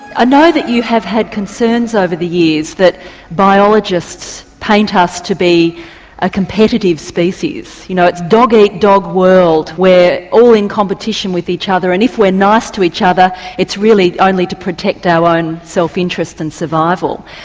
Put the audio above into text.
ah know that you have had concerns over the years that biologists paint us to be a competitive species. you know it's a dog eat dog world, we're all in competition which each other and if we're nice to each other it's really only to protect our own self interest and survival.